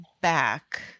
back